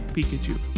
Pikachu